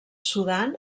sudan